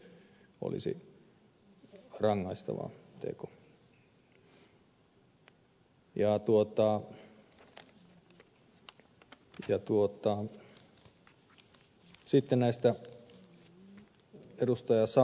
myöskään ed